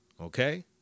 Okay